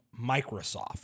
Microsoft